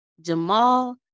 Jamal